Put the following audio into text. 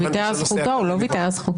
הוא ויתר על זכותו, הוא לא ויתר על זכותנו.